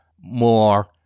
more